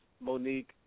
Monique